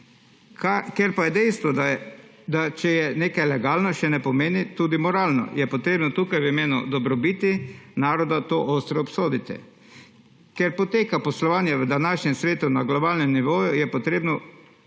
Ker pa je dejstvo, da če je nekaj legalno, še ne pomeni, da je tudi moralno, je potrebno tukaj v imenu dobrobiti naroda to ostro obsoditi. Ker poteka poslovanje v današnjem svetu na globalnem nivoju, je potrebno